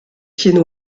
pieds